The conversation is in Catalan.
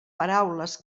paraules